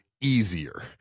easier